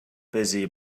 busy